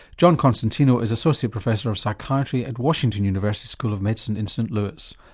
john constantino is associate professor of psychiatry at washington university school of medicine in st louis.